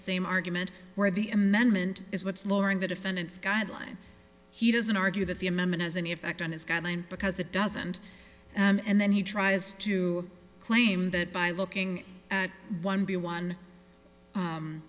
same argument where the amendment is what's lowering the defendant's guideline he doesn't argue that the amendment has any effect on his guideline because it doesn't and then he tries to claim that by looking at one by one